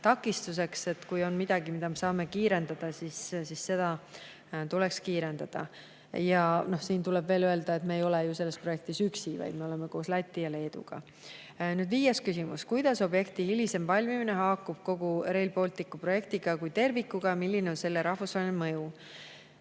takistuseks, et kui on midagi, mida me saame kiirendada, siis seda tuleks kiirendada. Siin tuleb veel öelda, et me ei ole ju selles projektis üksi, vaid me oleme siin koos Läti ja Leeduga. Viies küsimus: "Kuidas objekti hilisem valmimine haakub kogu RB projektiga kui tervikuga ja milline on selle rahvusvaheline mõju?"